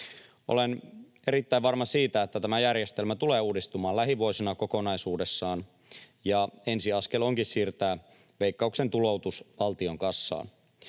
Olen erittäin varma siitä, että tämä järjestelmä tulee uudistumaan lähivuosina kokonaisuudessaan, ja ensiaskel onkin siirtää Veikkauksen tuloutus valtion kassaan.